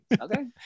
okay